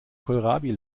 kohlrabi